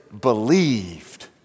believed